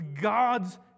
God's